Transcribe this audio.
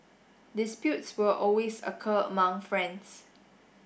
disputes will always occur among friends